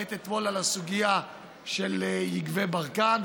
מדברת אתמול על הסוגיה של יקבי ברקן,